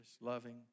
loving